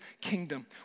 kingdom